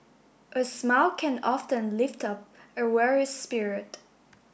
a smile can often lift up a weary spirit